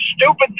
stupid